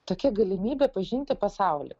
tokia galimybė pažinti pasaulį